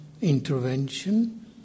intervention